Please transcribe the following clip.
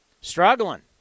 Struggling